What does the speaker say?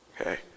Okay